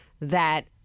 that-